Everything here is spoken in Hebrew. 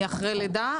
אני אחרי לידה,